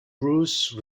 bruce